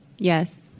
Yes